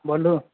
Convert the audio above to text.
बोलू